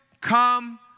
come